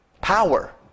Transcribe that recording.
Power